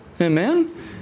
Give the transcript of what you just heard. Amen